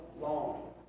long